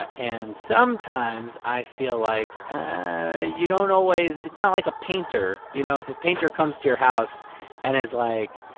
ah and sometimes, i feel like you don't always it's not like a painter. you know, if a painter comes to your house and is like,